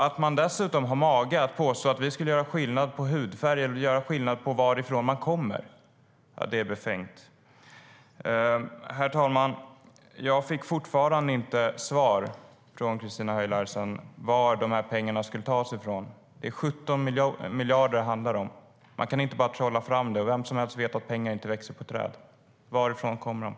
Att man dessutom har mage att påstå att vi skulle göra skillnad på hudfärg eller på varifrån man kommer är befängt. Herr talman! Jag fick fortfarande inte svar från Christina Höj Larsen på varifrån de här pengarna ska tas. Det är 17 miljarder det handlar om. Man kan inte bara trolla fram dem, och vem som helst vet att pengar inte växer på träd. Varifrån kommer de?